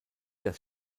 das